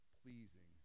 pleasing